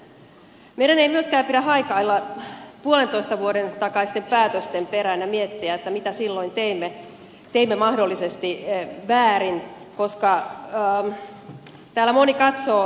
meidän ei myöskään pidä haikailla puolentoista vuoden takaisten päätösten perään ja miettiä mitä silloin teimme mahdollisesti väärin koska täällä moni katsoo taaksepäin